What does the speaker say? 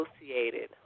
associated